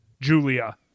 Julia